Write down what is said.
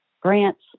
grants